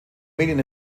medien